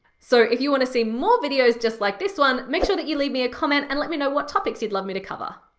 so if you wanna see more videos just like this one, make sure that you leave me a comment and let me know what topics you'd love me to cover.